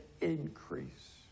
increase